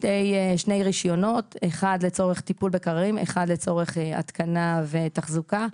שני רישיונות אחד לצורך טיפול בקררים ואחד לצורך התקנה ותחזוקה.